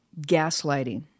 gaslighting